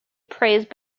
praised